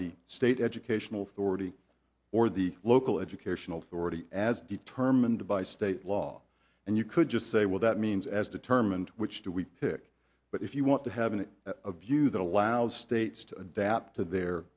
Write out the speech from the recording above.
the state educational forty or the local education authority as determined by state law and you could just say well that means as determined which do we pick but if you want to have an a view that allows states to adapt to their